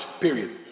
period